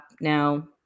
now